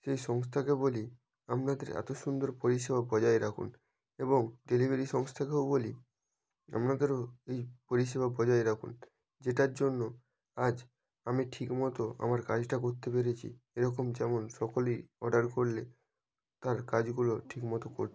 সেই সংস্থাকে বলি আপনাদের এত সুন্দর পরিষেবা বজায় রাখুন এবং ডেলিভারি সংস্থাকেও বলি আপনাদেরও এই পরিষেবা বজায় রাখুন যেটার জন্য আজ আমি ঠিকমতো আমার কাজটা করতে পেরেছি এরকম যেমন সকলেই অর্ডার করলে তার কাজগুলো ঠিকমতো করতে পারে